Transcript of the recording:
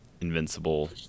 Invincible